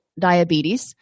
diabetes